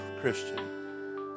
Christian